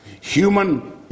human